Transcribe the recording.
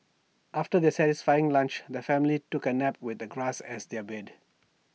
after their satisfying lunch the family took A nap with the grass as their bed